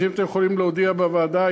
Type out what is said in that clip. אם אתם יכולים להודיע בוועדה,